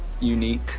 unique